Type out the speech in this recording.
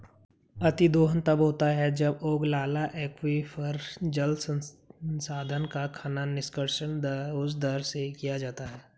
अतिदोहन तब होता है जब ओगलाला एक्वीफर, जल संसाधन का खनन, निष्कर्षण उस दर से किया जाता है